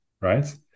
right